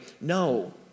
No